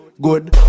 good